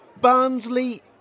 Barnsley